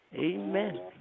Amen